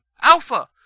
Alpha